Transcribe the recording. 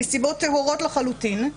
מסיבות טהורות לחלוטין.